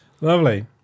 Lovely